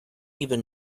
even